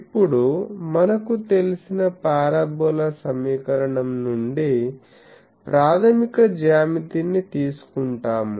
ఇప్పుడు మనకు తెలిసిన పారాబోలా సమీకరణం నుండి ప్రాథమిక జ్యామితిని తీసుకుంటాము